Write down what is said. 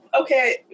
okay